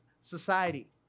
society